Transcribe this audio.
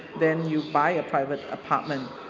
then you buy a private apartment,